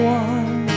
one